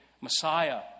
Messiah